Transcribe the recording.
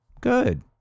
Good